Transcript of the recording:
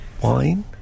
wine